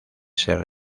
ser